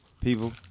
People